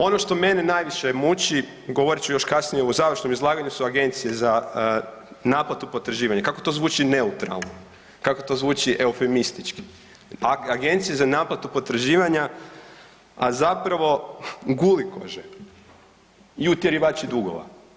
Ono što mene najviše muči govorit ću još kasnije u završnom izlaganju su agencije za naplatu potraživanja, kako to zvuči neutralno, kako to zvuči eufemistički agencije za naplatu potraživanja, a zapravo gulikože i utjerivači dugova.